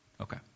Okay